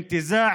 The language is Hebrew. לכנסת,